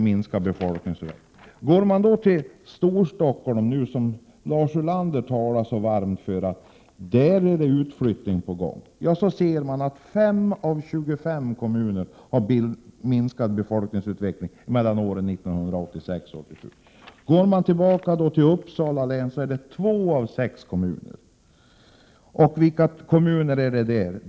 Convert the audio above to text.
Går man till uppgifterna över Storstockholm — Lars Ulander talade så varmt om att det var en utflyttning på gång där — ser man att 1 av 25 kommuner har fått en minskning av befolkningen mellan 1986 och 1987. I Uppsala län är det däremot 2 av 6 kommuner. Vilka kommuner är då det?